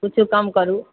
किछु कम करु